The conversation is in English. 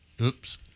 Oops